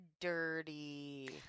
dirty